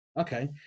okay